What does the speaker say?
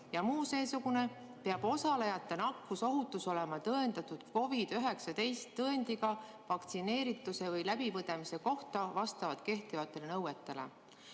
jms) peab osalejate nakkusohutus olema tõendatud COVID-19 tõendiga vaktsineerituse või läbipõdemise kohta vastavalt kehtestatud nõuetele."